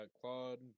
Claude